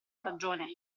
ragione